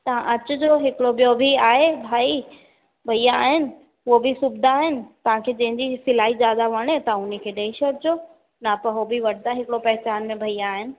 तव्हां अचिजो हिकिड़ो ॿियो बि आहे भाई भैया आहिनि उहो बि सिबदा आहिनि तव्हांखे जंहिंजी सिलाई ज्यादा वणे तव्हां उनखे ॾई छॾिजो माप हो बि वठंदा हिकिड़ो पहिचान में भैया आहिनि